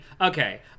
okay